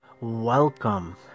Welcome